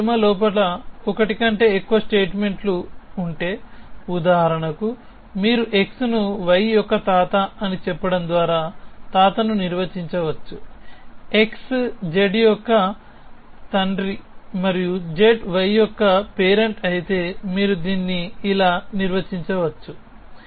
నా ఎడమ లోపల ఒకటి కంటే ఎక్కువ స్టేట్మెంట్లు ఉంటే ఉదాహరణకు మీరు x ను y యొక్క తాత అని చెప్పడం ద్వారా తాతను నిర్వచించవచ్చు xz యొక్క తండ్రి మరియు zy యొక్క పేరెంట్ అయితే మీరు దీన్ని ఇలా నిర్వచించవచ్చు